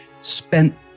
spent